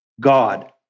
god